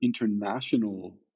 international